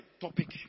topic